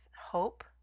hope